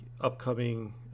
upcoming